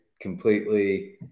completely